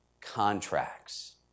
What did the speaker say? contracts